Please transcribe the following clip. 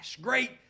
great